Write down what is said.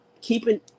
keeping